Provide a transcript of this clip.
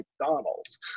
McDonald's